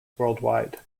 worldwide